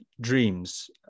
dreams